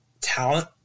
talent